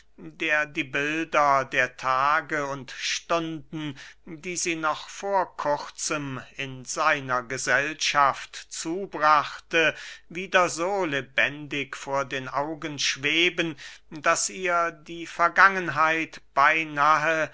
der die bilder der tage und stunden die sie noch vor kurzem in seiner gesellschaft zubrachte wieder so lebendig vor den augen schweben daß ihr die vergangenheit beynahe